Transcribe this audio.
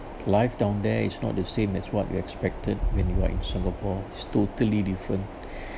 life down there is not the same as what you expected when you are in singapore is totally different